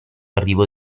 arrivo